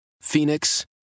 Phoenix